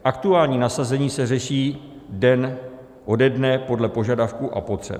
Aktuální nasazení se řeší den ode dne podle požadavků a potřeb.